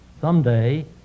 someday